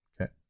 okay